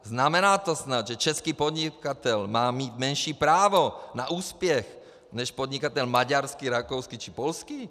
Znamená to snad, že český podnikatel má mít menší právo na úspěch než podnikatel maďarský, rakouský či polský?